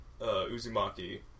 Uzumaki